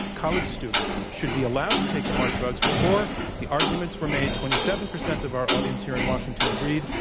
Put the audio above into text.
college students should be allowed to take smart drugs. before the arguments were made, twenty seven percent of our audience here in washington agreed,